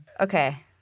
Okay